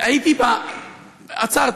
הייתי בא, עצרְתָ.